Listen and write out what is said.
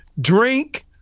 drink